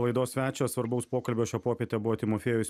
laidos svečias svarbaus pokalbio šią popietę buvo timofiejus